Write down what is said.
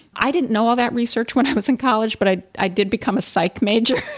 i didn't know all that research when i was in college, but i i did become a psych major,